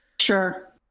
Sure